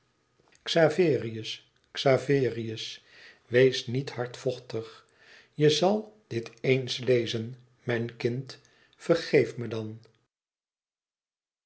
xaverius xaverius wees niet hardvochtig je zal dit éens lezen mijn kind vergeef me dan